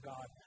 God